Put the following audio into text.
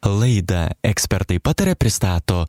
laidą ekspertai pataria pristato